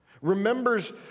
remembers